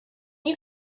you